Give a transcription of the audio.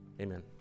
Amen